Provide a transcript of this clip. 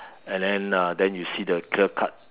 and then uh then you see the clear cut